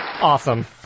awesome